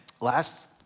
last